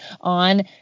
on